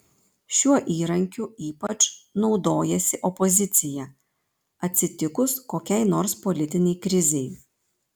šiuo įrankiu ypač naudojasi opozicija atsitikus kokiai nors politinei krizei